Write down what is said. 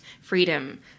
freedom